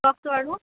কওকচোন আৰু